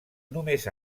només